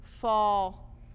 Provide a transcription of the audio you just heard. fall